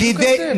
זה בדיוק ההבדל.